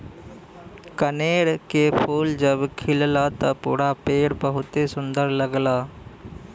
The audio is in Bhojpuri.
कनेर के फूल जब खिलला त पूरा पेड़ बहुते सुंदर लगला